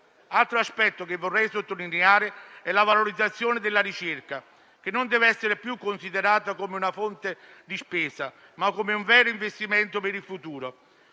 Altro aspetto che vorrei sottolineare è la valorizzazione della ricerca, che non deve essere più considerata come una fonte di spesa, ma come un vero investimento per il futuro;